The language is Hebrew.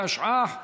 התשע"ח 2017,